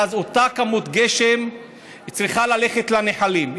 ואז אותה כמות גשם צריכה ללכת לנחלים.